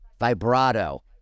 vibrato